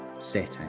setting